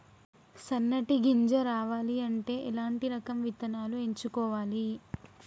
సన్నటి గింజ రావాలి అంటే ఎలాంటి రకం విత్తనాలు ఎంచుకోవాలి?